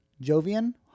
Jovian